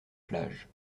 plage